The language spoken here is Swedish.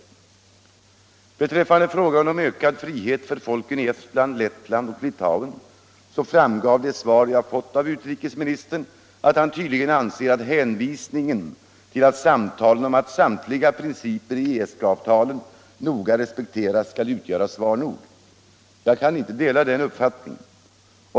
Vad beträffar frågan om ökad frihet för folken i Estland, Lettland och Litauen, framgår det av det svar jag fått av utrikesministern att han tydligen anser att hänvisningen till att samtalen om att samtliga principer i ESK-avtalet noga respekteras skall utgöra svar nog. Jag kan inte dela den uppfattningen.